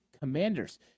commanders